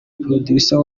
producer